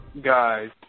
guys